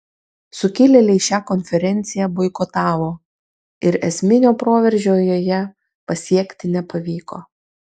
sukilėliai šią konferenciją boikotavo ir esminio proveržio joje pasiekti nepavyko